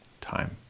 time